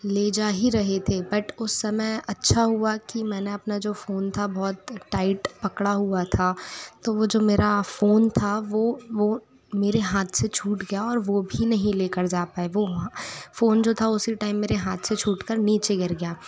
ले जा ही रहे थे बट उस समय अच्छा हुआ कि मैंने अपना जो फ़ोन था बहुत टाइट पकड़ा हुआ था तो वो जो मेरा फ़ोन था वो वो मेरे हाथ से छूट गया और वो भी नहीं ले कर जा पाए वो फ़ोन जो था उसी टाइम मेरे हाथ से छूट कर नीचे गिर गया